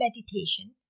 meditation